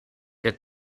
der